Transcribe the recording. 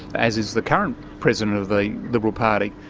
as is the current president of the liberal party.